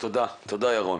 תודה, ירון.